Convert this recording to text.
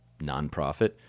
nonprofit